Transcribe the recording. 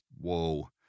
whoa